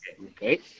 Okay